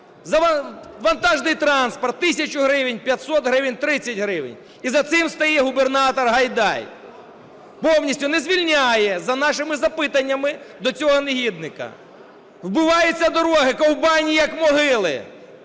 вантажний транспорт (1000 гривень, 500 гривень, 30 гривень). І за цим стоїть губернатор Гайдай. Повністю не звільняє за нашими запитаннями до цього негідника. Вбиваються дороги, ковбані як могили: